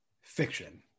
fiction